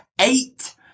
eight